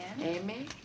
Amen